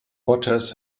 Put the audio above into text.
otters